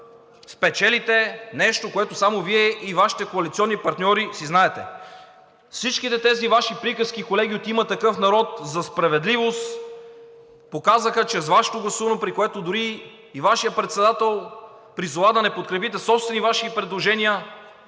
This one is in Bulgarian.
спечелите нещо, което само Вие и Вашите коалиционни партньори си знаете. Всичките тези Ваши приказки, колеги от „Има такъв народ“, за справедливост показаха, че с Вашето гласуване, при което дори и Вашият председател призова да не подкрепите собствени Ваши предложения,